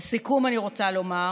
לסיכום אני רוצה לומר